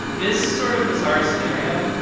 this sort of bizarre scenario,